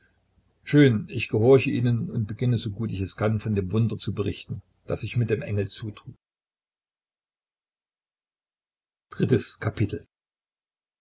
schön ich gehorche ihnen und beginne so gut ich es kann von dem wunder zu berichten das sich mit dem engel zutrug drittes kapitel